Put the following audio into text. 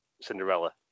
Cinderella